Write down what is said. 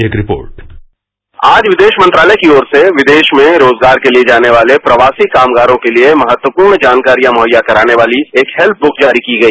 एक रिपोर्ट आज विदेश मंत्रालय की ओर से विदेश में रोजगार के लिए जाने वाले प्रवासी कामगारों के लिए महत्वपूर्ण जानकारी मुहैया कराने वाली एक हेल्प्रवक जारी की गई